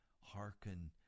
hearken